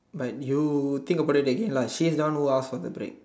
but you think about it again lah she is the one who ask for the break